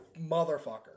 motherfucker